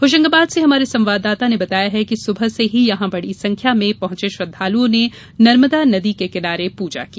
होशंगाबाद से हमारे संवाददाता ने बताया है कि सुबह से ही यहां बड़ी संख्या में पहुंचे श्रद्धालुओं ने नर्मदा नदी के किनारे पूजा की